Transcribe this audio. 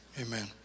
amen